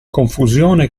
confusione